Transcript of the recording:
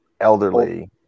elderly